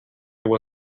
there